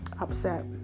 upset